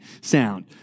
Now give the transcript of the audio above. sound